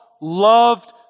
loved